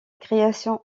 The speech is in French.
création